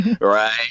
right